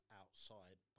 outside